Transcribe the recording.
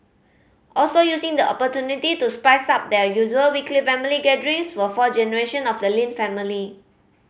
also using the opportunity to spice up their usual weekly family gatherings were four generation of the Lin family